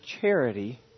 charity